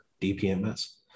DPMS